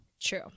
true